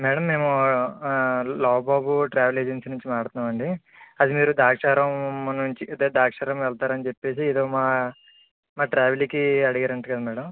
madam మేము ఆ Lavu Babu travel agency నుంచి మాట్లాడుతున్నాం అండీ అదీ మీరు ద్రాక్షారం నుంచి అదే ద్రాక్షారం వెళ్తారని చెప్పేసి ఏదో మా మా ట్రావెల్కి అడిగారంట కదా మ్యాడమ్